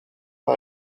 par